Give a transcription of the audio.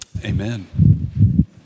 amen